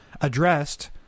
addressed